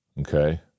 okay